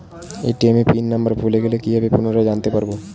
ATM pin number ভুলে গেলে কি ভাবে পুনরায় জানতে পারবো?